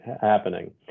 happening